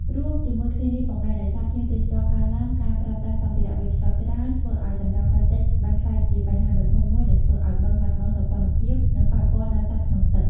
រួមជាមួយគ្នានេះផងដែរ ដោយសារភ្ញៀវទេសចរកើនឡើង និងការប្រើប្រាស់សម្ភារៈវេចខ្ចប់ច្រើន ធ្វើឱ្យសំរាមប្លាស្ទិកបានក្លាយជាបញ្ហាដ៏ធំមួយដែលធ្វើឱ្យបឹងបាត់បង់សោភ័ណភាព និងប៉ះពាល់ដល់សត្វក្នុងទឹក។